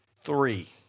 three